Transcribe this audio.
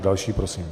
Další prosím.